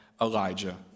Elijah